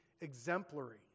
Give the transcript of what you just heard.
exemplary